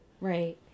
Right